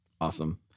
awesome